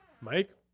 Mike